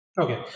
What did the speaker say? Okay